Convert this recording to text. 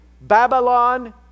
Babylon